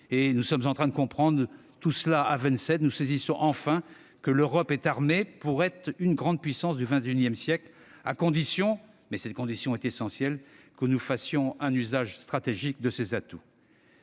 Et nous sommes en train de le comprendre, à vingt-sept ! Nous saisissons enfin que l'Europe est armée pour être une grande puissance du XXI siècle, à condition, mais cette condition est essentielle, que nous fassions un usage stratégique de ces atouts.